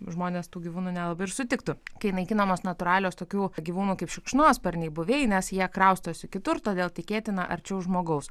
žmonės tų gyvūnų nelabai ir sutiktų kai naikinamos natūralios tokių gyvūnų kaip šikšnosparniai buveinės jie kraustosi kitur todėl tikėtina arčiau žmogaus